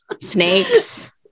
snakes